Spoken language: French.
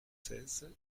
seize